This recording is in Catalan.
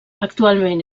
actualment